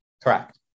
Correct